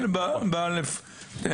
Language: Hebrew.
למשל כל בלפור לא היה מדרג ג',